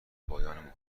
پایان